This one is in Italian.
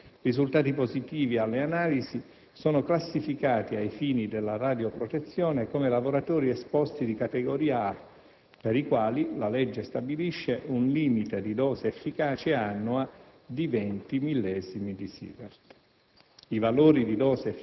I lavoratori risultati positivi alle analisi sono classificati, ai fini della radioprotezione, come lavoratori esposti di categoria A per i quali la legge stabilisce un limite di dose efficace annua di 20 millesimi di Syvert.